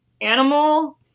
animal